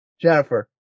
Jennifer